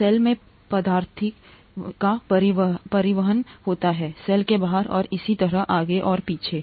cell में पदार्थों का परिवहन होता है सेल के बाहर और इसी तरह आगे और पीछे